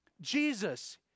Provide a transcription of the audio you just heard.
Jesus